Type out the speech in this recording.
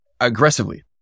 aggressively